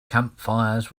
campfires